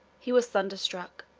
he was thunderstruck,